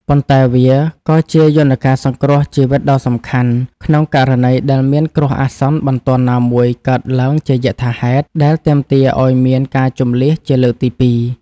ប៉ុន្តែវាក៏ជាយន្តការសង្គ្រោះជីវិតដ៏សំខាន់ ក្នុងករណីដែលមានគ្រោះអាសន្នបន្ទាន់ណាមួយកើតឡើងជាយថាហេតុ ដែលទាមទារឱ្យមានការជម្លៀសជាលើកទីពីរ។